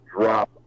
drop